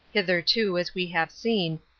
hitherto, as we have seen,